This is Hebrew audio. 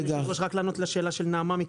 אדוני היושב-ראש, רק לענות לשאלה של נעמה.